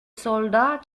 soldat